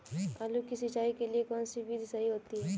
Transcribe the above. आलू की सिंचाई के लिए कौन सी विधि सही होती है?